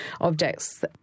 objects